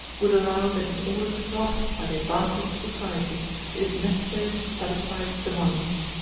would allow that in order to profit by the advantages of society it is necessary to satisfy its demands.